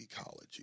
ecology